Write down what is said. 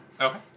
Okay